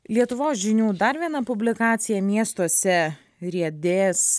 lietuvos žinių dar viena publikacija miestuose riedės